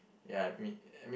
ya I mean